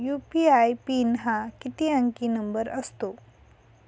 UPI PIN हा किती अंकी नंबर असतो?